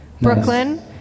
Brooklyn